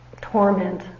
torment